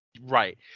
Right